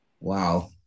Wow